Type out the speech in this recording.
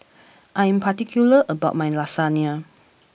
I am particular about my Lasagne